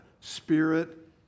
spirit